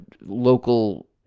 local